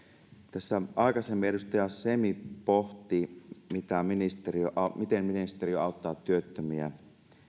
tässä aikaisemmin edustaja semi pohti miten ministeriö auttaa työttömiä